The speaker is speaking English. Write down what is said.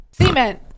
Cement